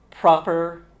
proper